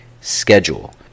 schedule